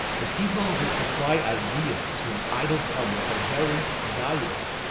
the people who supply ideas to an idle public are very valuable,